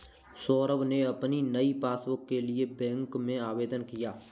सौरभ ने अपनी नई पासबुक के लिए बैंक में आवेदन किया